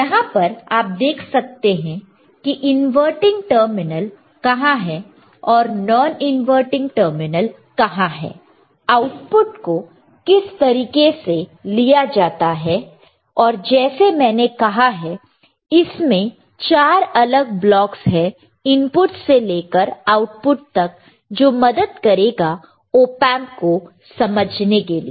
यहां पर आप देख सकते हैं कि इनवर्टिंग टर्मिनल कहां है और नॉन इनवर्टिंग टर्मिनल कहां है आउटपुट को किस तरीके से लिया जाता है और जैसे मैंने कहा है इसमें 4 अलग ब्लॉक्स हैं इनपुट से लेकर आउटपुट तक जो मदद करेगा ओपएंप को समझने के लिए